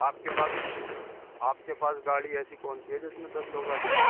آپ کے پاس آپ کے پاس گاڑی ایسی کون سی ہے جس میں دس لوگ آ جائیں